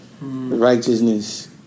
Righteousness